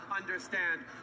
understand